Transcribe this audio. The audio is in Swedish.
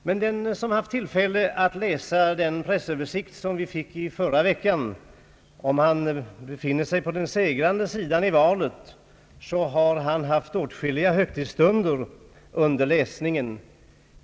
Men den som haft tillfälle att läsa den pressöversikt som vi fick i förra veckan har haft åtskilliga högtidsstunder under läsningen, om han befinner sig på den segrande sidan i valet.